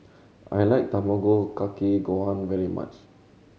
I like Tamago Kake Gohan very much